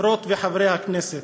חברות וחברי הכנסת,